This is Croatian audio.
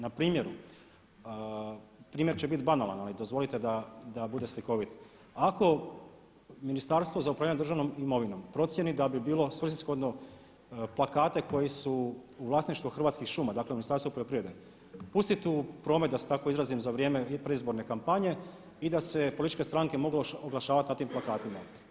Na primjeru, primjer će biti banalan ali dozvolite da bude slikovit, ako Ministarstvo za upravljanje državnom imovinom procjeni da bi bilo svrsishodno plakate koji su u vlasništvu Hrvatskih šuma, dakle u Ministarstvu poljoprivrede pustiti u promet da se tako izrazim za vrijeme predizborne kampanje i da se političke stranke moglo oglašavati na tim plakatima.